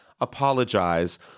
apologize